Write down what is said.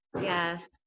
yes